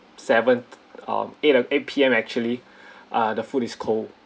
seven um eight eight P_M actually uh the food is cold